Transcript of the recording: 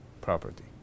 property